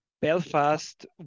Belfast